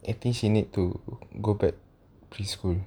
I think she need to go back preschool